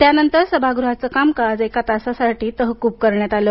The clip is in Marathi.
त्यानंतर सभागृहाचे कामकाज एका तासासाठी तहकूब करण्यात आलं